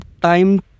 time